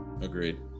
Agreed